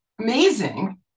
amazing